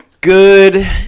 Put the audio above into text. good